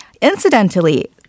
incidentally